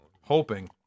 Hoping